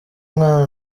mwana